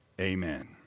amen